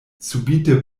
subite